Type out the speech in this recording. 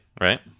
Right